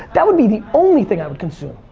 that would be the only thing i would consume.